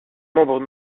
membres